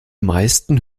meisten